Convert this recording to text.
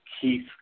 Keith